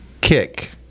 kick